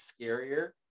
scarier